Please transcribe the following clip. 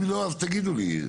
אם לא, אז תגידו לי.